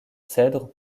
cèdres